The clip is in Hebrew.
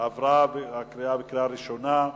עברה בקריאה ראשונה,